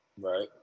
Right